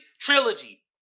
Trilogy